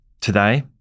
today